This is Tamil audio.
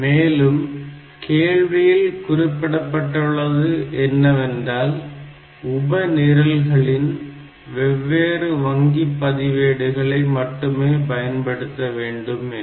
மேலும் கேள்வியில் குறிப்பிடப்பட்டுள்ளது என்னவென்றால் உப நிரல்களில் வெவ்வேறு வங்கிப் பதிவேடுகளை மட்டுமே பயன்படுத்த வேண்டும் என்று